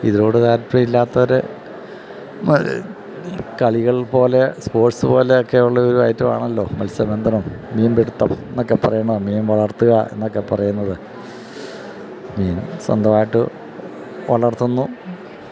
ഇതിനോട് താല്പര്യമില്ലാത്തവരെ കളികൾ പോലെ സ്പോർട്സ് പോലെയൊക്കെയുള്ളൊരു ഐറ്റം ആണല്ലോ മത്സ്യബന്ധനം മീൻപിടുത്തം എന്നൊക്കെ പറയുന്ന മീൻ വളർത്തുകയെന്നൊക്കെ പറയുന്നത് മീൻ സ്വന്തമായിട്ട് വളർത്തുന്നു